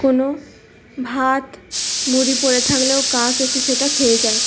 কোনো ভাত মুড়ি পড়ে থাকলেও কাক এসে সেটা খেয়ে যায়